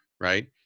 right